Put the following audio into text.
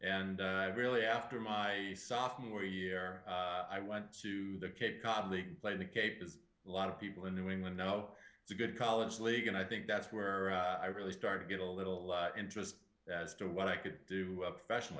and i really after my sophomore year i went to the cape cod league play to cape is a lot of people in new england know it's a good college league and i think that's where i really start to get a little interest as to what i could do profession